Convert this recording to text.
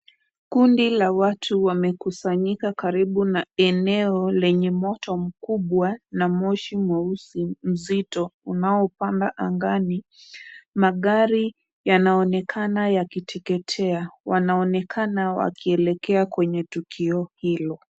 Kundi la watu wamekusanyika karibu na eneo lenye moto mkubwa, na moshi mweusi mzito, unaopanda angani. Magari yanaonekana yakiteketea. Wanaonekana wakielekea kwenye tukio hilo.